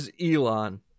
Elon